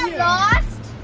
lost?